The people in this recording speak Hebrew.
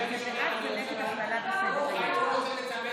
הוא רוצה להיצמד